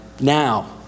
now